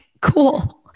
cool